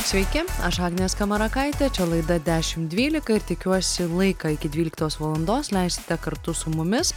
sveiki aš agnė skamarakaitė čia laida dešimt dvylika ir tikiuosi laiką iki dvyliktos valandos leisite kartu su mumis